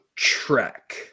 Track